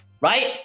Right